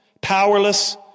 powerless